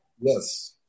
yes